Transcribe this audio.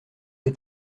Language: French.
est